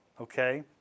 Okay